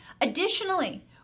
additionally